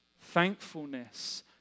Thankfulness